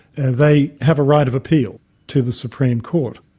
they have a right of appeal to the supreme court.